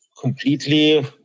completely